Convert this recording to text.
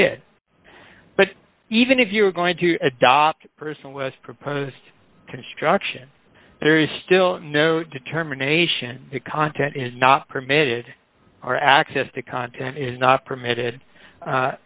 did but even if you are going to adopt a person was proposed construction there is still no determination the content is not permitted or access to content is not permitted